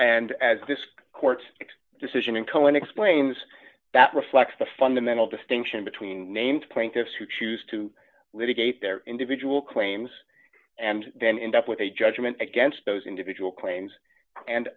and as this court's decision in cohen explains that reflects the fundamental distinction between named plaintiffs who choose to litigate their individual claims and then end up with a judgement against those individual claims and